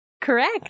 Correct